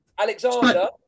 Alexander